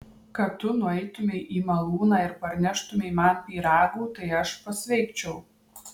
kad tu nueitumei į malūną ir parneštumei man pyragų tai aš pasveikčiau